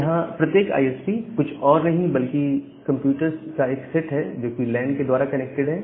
यहां प्रत्येक आईएसपी कुछ और नहीं बल्कि कंप्यूटर्स का एक सेट है जो कि लैन के द्वारा कनेक्टेड है